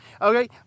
Okay